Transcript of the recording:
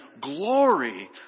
glory